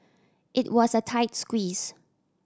it was a tight squeeze